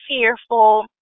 fearful